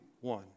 one